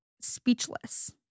speechless